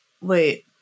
wait